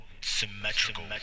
Symmetrical